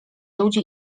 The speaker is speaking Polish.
ludzi